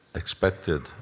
expected